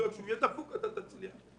לפני שנתיים התבשרנו שעלינו לסוציואקונומי שבע.